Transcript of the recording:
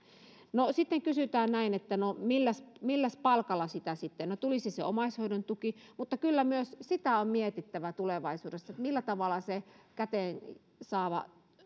no sitten kysytään näin että no milläs milläs palkalla sitä sitten no tulisi se omaishoidon tuki mutta kyllä myös sitä on mietittävä tulevaisuudessa millä tavalla se käteen saatava